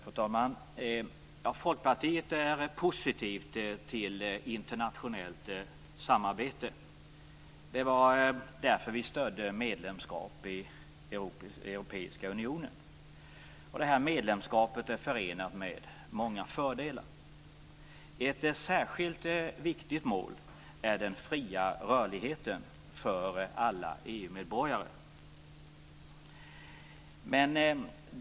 Fru talman! Folkpartiet är positivt till internationellt samarbete. Det var därför vi stödde medlemskap i Europeiska unionen. Detta medlemskap är förenat med många fördelar. Ett särskilt viktigt mål är den fria rörligheten för alla EU-medborgare.